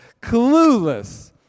clueless